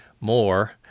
more